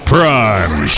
Prime